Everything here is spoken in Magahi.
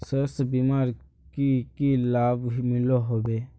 स्वास्थ्य बीमार की की लाभ मिलोहो होबे?